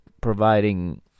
providing